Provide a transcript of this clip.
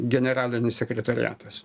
generalinis sekretoriatas